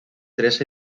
tres